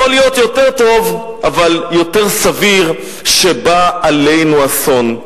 יכול להיות יותר טוב אבל יותר סביר שבא עלינו אסון.